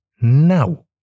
now